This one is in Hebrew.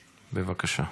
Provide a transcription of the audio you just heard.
בבקשה.